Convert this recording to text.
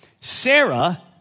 Sarah